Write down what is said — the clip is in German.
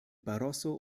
barroso